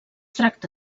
tracta